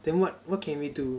then what what can we do